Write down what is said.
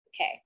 okay